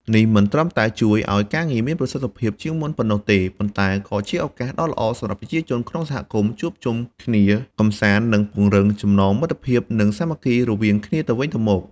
នេះមិនត្រឹមតែជួយឲ្យការងារមានប្រសិទ្ធភាពជាងមុនប៉ុណ្ណោះទេ ប៉ុន្តែក៏ជាឱកាសដ៏ល្អសម្រាប់ប្រជាជនក្នុងសហគមន៍ជួបជុំគ្នា កម្សាន្ត និងពង្រឹងចំណងមិត្តភាព និងសាមគ្គីភាពរវាងគ្នាទៅវិញទៅមក។